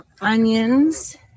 onions